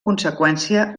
conseqüència